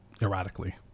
erratically